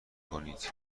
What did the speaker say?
کنید